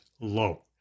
low